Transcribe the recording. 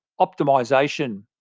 optimization